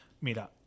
Mira